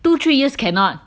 two three years cannot